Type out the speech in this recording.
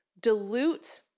dilute